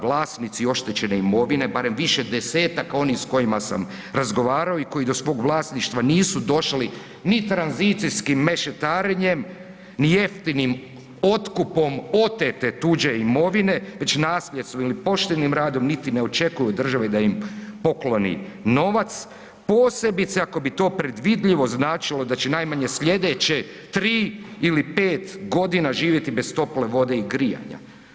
Vlasnici oštećene imovine, barem više desetaka onih s kojima sam razgovarao i koji do svog vlasništva nisu došli ni tranzicijskim mešetarenjem, ni jeftinijim otkupom otete tuđe imovine, već nasljedstvom ili poštenim radom, niti ne očekuju od države da im pokloni novac, posebice ako bi to predvidljivo značilo da će najmanje sljedeće 3 ili 5.g. živjeti bez tople vode i grijanja.